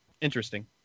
interesting